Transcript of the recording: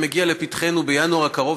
שמגיע לפתחנו בינואר הקרוב,